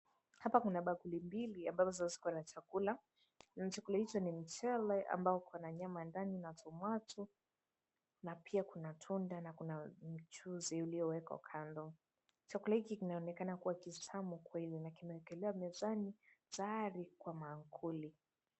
Hapa kuna bakuli mbili ambazo zikona chakula, na chakula hio ni mchele ambao ukona nyama ndani na tomato na pia kuna tunda na kuna mchuzi uliowekwa kando. Na chakula hiki kinaonekana kitamu kweli na nimeelewa mezani tayari kwa mankuli.